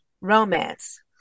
romance